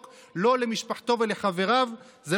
למשפחתו ולחבריו מאותה הצעת חוק?